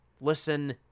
listen